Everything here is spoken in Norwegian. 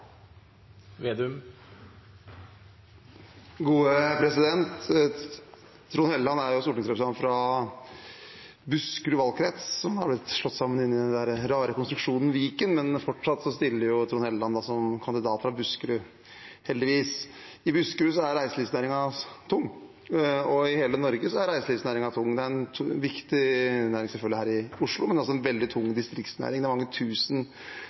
stortingsrepresentant fra Buskerud valgkrets, som har blitt slått sammen i den rare konstruksjonen Viken. Men fortsatt stiller Trond Helleland som kandidat fra Buskerud – heldigvis. I Buskerud er reiselivsnæringen tung, og i hele Norge er reiselivsnæringen tung. Det er selvfølgelig en viktig næring i Oslo, men en veldig tung distriktsnæring. Det er mange